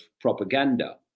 propaganda